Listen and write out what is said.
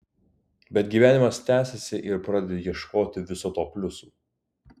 bet gyvenimas tęsiasi ir pradedi ieškoti viso to pliusų